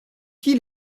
qui